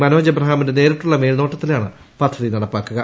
മനോജ് എബ്രഹാമിന്റെ നേരിട്ടുള്ള മേൽനോട്ടത്തിലാണ് പദ്ധതി നടപ്പാക്കുക